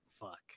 Fuck